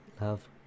love